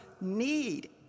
need